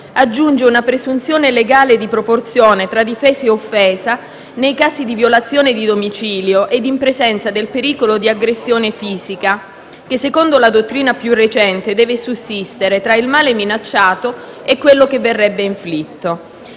aggiunge una presunzione legale di proporzione tra difesa e offesa, nei casi di violazione di domicilio e in presenza del pericolo di aggressione fisica, che secondo la dottrina più recente, deve sussistere tra il male minacciato e quello che verrebbe inflitto.